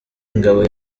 ingabo